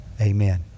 Amen